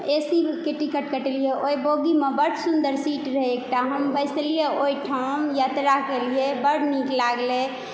ए C के ticket कटेलियै ओहि बोगीमे बड सुन्दर सीट रहै एकटा हम बैसलियै ओहिठाम यात्रा केलियै बड नीक लागलै